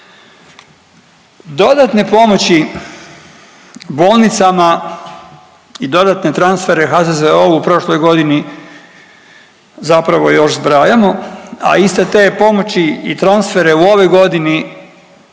Dodatne pomoći bolnicama i dodatne transfere HZZO-u u prošloj godini zapravo još zbrajamo, a iste te pomoći i transfere u ovoj godini